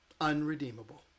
unredeemable